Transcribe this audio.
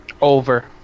Over